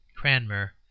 Cranmer